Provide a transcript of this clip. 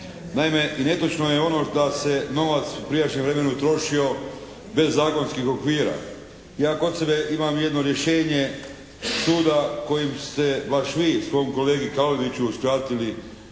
Naime, i netočno je ono da se novac u prijašnjem vremenu trošio bez zakonskih okvira. Ja kod sebe imam jedno rješenje od suda kojim se, baš vi, svojem kolegi Kaliniću uskratili